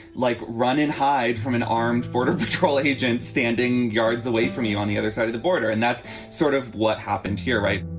like, run and hide from an armed border patrol agent standing yards away from you on the other side of the border. and that's sort of what happened here, right?